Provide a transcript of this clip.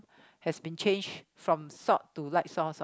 has been changed from salt to light sauce what